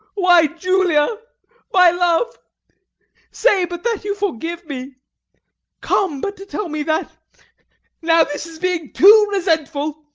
why, julia my love say but that you forgive me come but to tell me that now this is being too resentful.